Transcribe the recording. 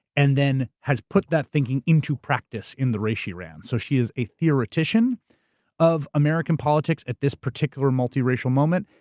and then has put that thinking into practice in the race she ran. so she is a theoretician of american politics at this particular multiracial moment,